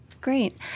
Great